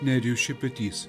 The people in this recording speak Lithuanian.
nerijus šepetys